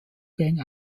gang